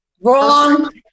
Wrong